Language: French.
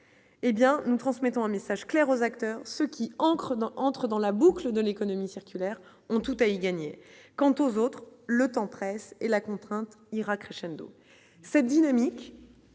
hé bien nous transmettant un message clair aux acteurs ce qui ancre dans entrent dans la boucle de l'économie circulaire ont tout à y gagner, quant aux autres, le temps presse et la contrainte ira crescendo cette dynamique,